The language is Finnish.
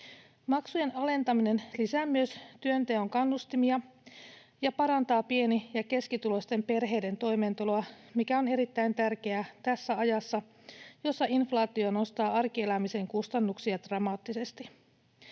Maksujen alentaminen lisää myös työnteon kannustimia ja parantaa pieni- ja keskituloisten perheiden toimeentuloa, mikä on erittäin tärkeää tässä ajassa, jossa inflaatio nostaa arkielämisen kustannuksia dramaattisesti.